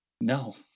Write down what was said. No